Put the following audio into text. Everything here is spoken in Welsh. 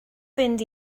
fynd